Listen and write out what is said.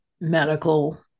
medical